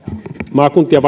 maakuntien